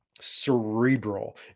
cerebral